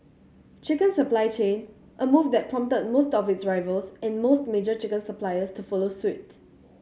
chicken supply chain a move that prompted most of its rivals and most major chicken suppliers to follow suit